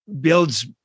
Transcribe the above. builds